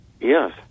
Yes